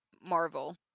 Marvel